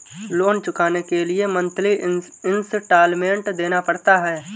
loan चुकाने के लिए मंथली इन्सटॉलमेंट देना पड़ता है